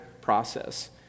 process